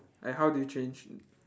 and how do you change